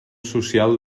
social